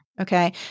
Okay